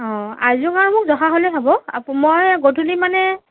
অ আইজং আৰু মোক জহা হ'লেই হ'ব মই গধূলি মানে